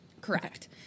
Correct